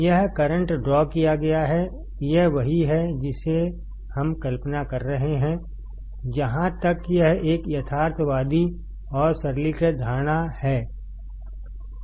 यह current draw किया गया हैयह वही है जिसे हम कल्पना कर रहे हैं जहाँ तक यह एक यथार्थवादी और सरलीकृत धारणा है